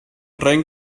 trying